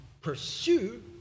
pursue